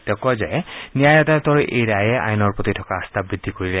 তেওঁ কয় ন্যায় আদালতৰ এই ৰায়ে আইনৰ প্ৰতি থকা আস্থা বদ্ধি কৰিলে